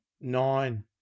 nine